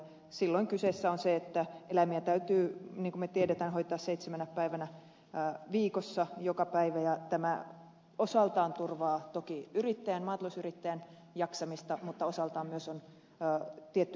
silloin kyseessä on se että eläimiä täytyy niin kuin me tiedämme hoitaa seitsemänä päivänä viikossa joka päivä ja tämä osaltaan turvaa toki yrittäjän maatalousyrittäjän jaksamista mutta osaltaan myös on tietty oikeus eläimille